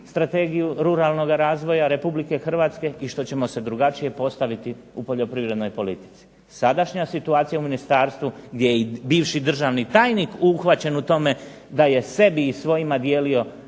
Strategiju ruralnoga razvoja RH i što ćemo se drugačije postaviti u poljoprivrednoj politici. Sadašnja situacija u ministarstvu gdje je i bivši državni tajnik uhvaćen u tome da je sebi i svojima dijelio